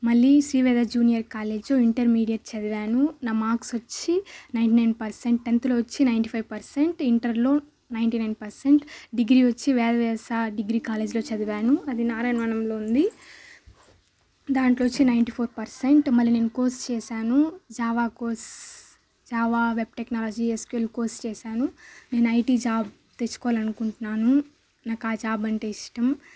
మళ్లీ Sri Veda junior college intermediate చదివాను నా మార్క్స్ వచ్చి నైన్టి నైన్ పర్సెంట్ మళ్లీ టెన్త్లో వచ్చి నైన్టి ఫైవ్ పర్సెంట్ ఇంటర్లో నైన్టి నైన్ పర్సెంట్ డిగ్రీ వచ్చి వ్యాద వ్యాస్య డిగ్రీ కాలేజ్లో చదివాను అది నారాయణవనంలో ఉంది దాంట్లో వచ్చి నైన్టి ఫోర్ పర్సెంట్ మళ్లీ నేను కోర్స్ చేశాను Java course Java web technology SQL course చేశాను నేను ఐటీ జాబ్ తెచ్చుకోవాలి అనుకుంటున్నాను నాకు ఆ జాబ్ అంటే ఇష్టం